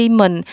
mình